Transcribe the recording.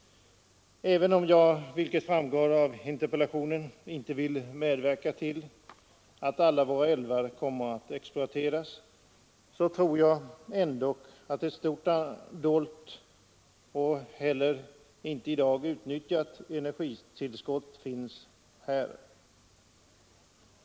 Även om jag, vilket framgår av interpellationen, inte vill medverka till att alla våra älvar kommer att exploateras, så tror jag ändock att ett stort dolt och i dag inte utnyttjat energitillskott finns där.